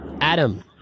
Adam